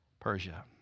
Persia